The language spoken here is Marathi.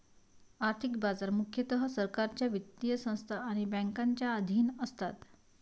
आर्थिक बाजार मुख्यतः सरकारच्या वित्तीय संस्था आणि बँकांच्या अधीन असतात